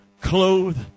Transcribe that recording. clothed